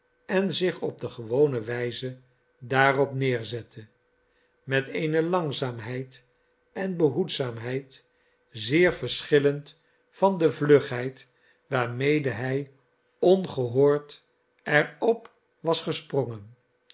en zich op de gewone wijze daarop neerzette met eene langzaamheid en behoedzaamheid zeer verschillend van de vlugheid waarmede hij ongehoord er op was gesprongen